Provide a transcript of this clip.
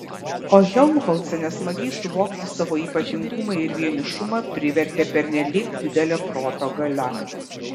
o helmholcą nesmagiai suvokti savo ypatingumą ir vienišumą privertė pernelyg didelė proto galia